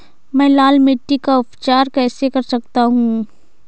मैं लाल मिट्टी का उपचार कैसे कर सकता हूँ?